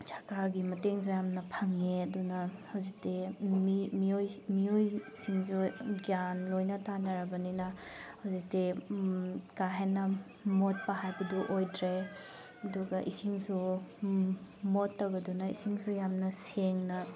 ꯁꯔꯀꯥꯔꯒꯤ ꯃꯇꯦꯡꯁꯨ ꯌꯥꯝꯅ ꯐꯪꯉꯦ ꯑꯗꯨꯅ ꯍꯧꯖꯤꯛꯇꯤ ꯃꯤ ꯃꯤꯑꯣꯏꯁꯤꯡꯁꯨ ꯌꯥꯝ ꯒ꯭ꯌꯥꯟ ꯂꯣꯏꯅ ꯇꯥꯅꯔꯕꯅꯤꯅ ꯍꯧꯖꯤꯛꯇꯤ ꯀꯥ ꯍꯦꯟꯅ ꯃꯣꯠꯄ ꯍꯥꯏꯕꯗꯨ ꯑꯣꯏꯗ꯭ꯔꯦ ꯑꯗꯨꯒ ꯏꯁꯤꯡꯁꯨ ꯃꯣꯠꯇꯕꯗꯨꯅ ꯏꯁꯤꯡꯁꯨ ꯌꯥꯝꯅ ꯁꯦꯡꯅ